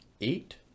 eight